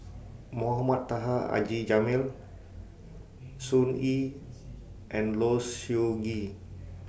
Mohamed Taha Haji Jamil Sun Yee and Low Siew Nghee